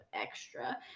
extra